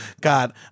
God